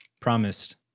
Promised